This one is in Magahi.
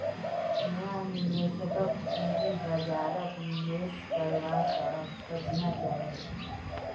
नया निवेशकक पूंजी बाजारत निवेश करवा स बचना चाहिए